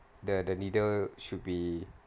the the needle should be